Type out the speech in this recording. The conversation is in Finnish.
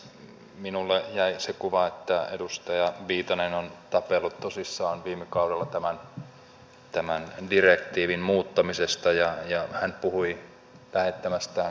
minulle jäi se kuva että edustaja viitanen on tapellut tosissaan viime kaudella tämän direktiivin muuttamisesta ja hän puhui lähettämästään kirjeestä